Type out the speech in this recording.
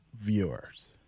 viewers